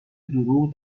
دروغ